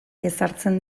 ezartzen